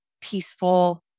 peaceful